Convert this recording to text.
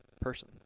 person